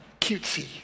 cutesy